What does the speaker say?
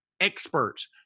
experts